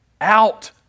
Out